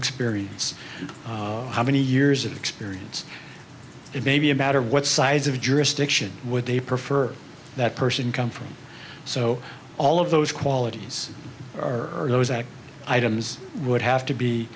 experience how many years of experience it may be a matter of what size of jurisdiction would they prefer that person come from so all of those qualities are items would have to be